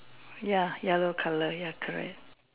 ya yellow colour ya correct